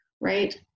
right